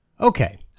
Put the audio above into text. Okay